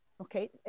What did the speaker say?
okay